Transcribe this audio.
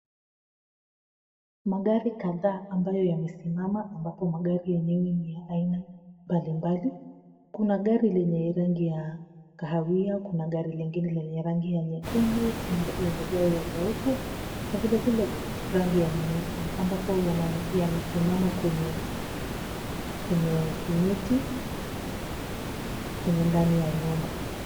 Magari kadhaa ambayo yamesimama ambapo magari yenyewe ni ya aina mbalimbali, kuna gari lenye rangi ya kahawia, kuna gari lingine lenye rangi ya nyekundu, kuna gari ya nyeupe na vile vile rangi ya nyeusi ambapo yamesimama kwenye simiti kwenye ndani ya nyumba.